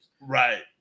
Right